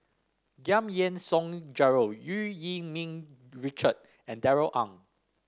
Giam Yean Song Gerald Eu Yee Ming Richard and Darrell Ang